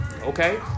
Okay